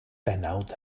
bennawd